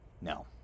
no